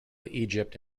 egypt